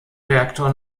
reaktor